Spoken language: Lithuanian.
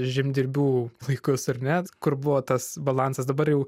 žemdirbių laikus ar ne kur buvo tas balansas dabar jau